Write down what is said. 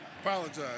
apologize